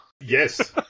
Yes